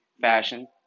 fashion